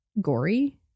gory